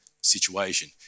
situation